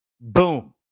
Boom